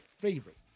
favorite